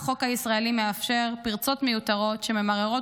למה החוק הישראלי מאפשר פרצות מיותרות שממררות